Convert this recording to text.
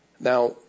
Now